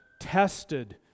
tested